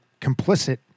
complicit